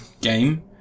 game